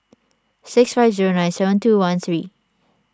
six five zero nine seven two one three